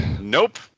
nope